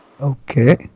Okay